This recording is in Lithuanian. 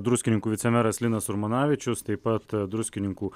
druskininkų vicemeras linas urmonavičius taip pat druskininkų